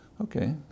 Okay